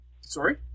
sorry